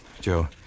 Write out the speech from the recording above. Joe